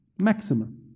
Maximum